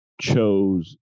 chose